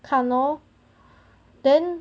看 lor then